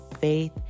faith